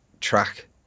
track